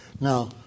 now